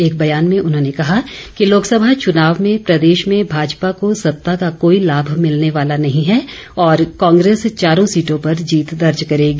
एक बयान में उन्होंने कहा कि लोकसभा चुनाव में प्रदेश में भाजपा को सत्ता का कोई लाभ मिलने वाला नहीं है और कांग्रेस चारों सीटों पर जीत दर्ज करेगी